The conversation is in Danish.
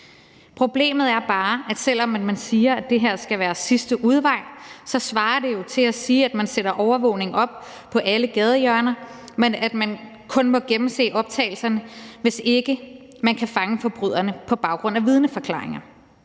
Problemet er bare, at selv om vi siger, at det her skal være sidste udvej, svarer det jo til at sige, at man sætter overvågning op på alle gadehjørner, men at man kun må gennemse optagelserne, hvis ikke man kan fange forbryderne på baggrund af vidneforklaringer.